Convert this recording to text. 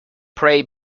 pray